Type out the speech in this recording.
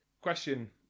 Question